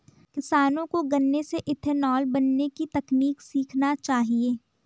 किसानों को गन्ने से इथेनॉल बनने की तकनीक सीखना चाहिए